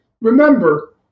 Remember